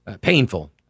painful